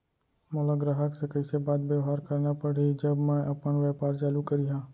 मोला ग्राहक से कइसे बात बेवहार करना पड़ही जब मैं अपन व्यापार चालू करिहा?